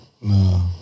no